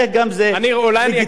אולי אני אגיד לו למה,